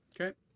Okay